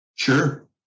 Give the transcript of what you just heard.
Sure